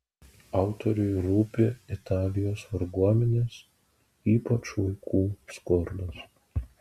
autoriui rūpi italijos varguomenės ypač vaikų skurdas